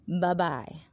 bye-bye